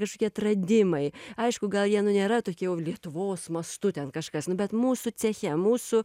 kažkokie atradimai aišku gal jie nu nėra tokie jau lietuvos mastu ten kažkas nu bet mūsų ceche mūsų